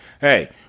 hey